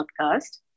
Podcast